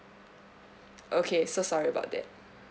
okay so sorry about that